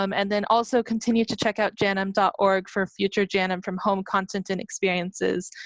um and then also continue to check out janm dot org for future janm from home content and experiences,